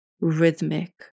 rhythmic